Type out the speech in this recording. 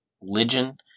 religion